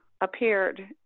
appeared